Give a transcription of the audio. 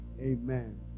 Amen